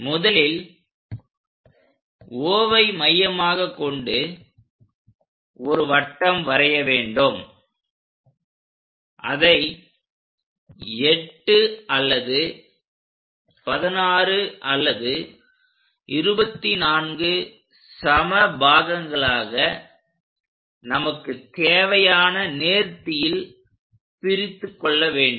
முதலில் Oவை மையமாகக் கொண்டு ஒரு வட்டம் வரைய வேண்டும் அதை 8 அல்லது 16 அல்லது 24 சம பாகங்களாக நமக்கு தேவையான நேர்த்தியில் பிரித்துக் கொள்ள வேண்டும்